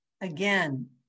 again